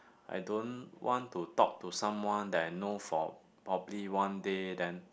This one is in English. I don't want to talk to someone that I know for probably one day then